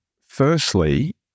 Firstly